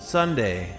Sunday